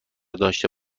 داشته